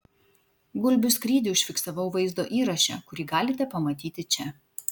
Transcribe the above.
gulbių skrydį užfiksavau vaizdo įraše kurį galite pamatyti čia